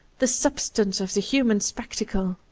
the substance of the human spectacle.